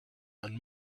and